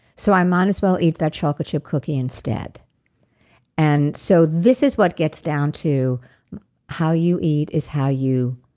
so i might as well eat that chocolate chip cookie instead and so this is what gets down to how you eat is how you